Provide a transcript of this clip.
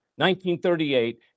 1938